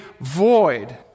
void